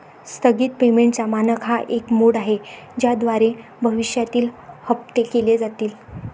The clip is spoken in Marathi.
स्थगित पेमेंटचा मानक हा एक मोड आहे ज्याद्वारे भविष्यातील हप्ते केले जातील